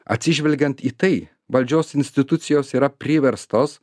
atsižvelgiant į tai valdžios institucijos yra priverstos